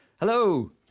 Hello